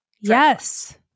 Yes